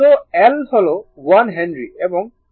তো L হল 1 henry এবং v0 4 ভোল্ট